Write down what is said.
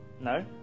no